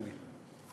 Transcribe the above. ידידי.